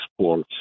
sports